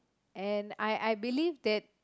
and I I believe that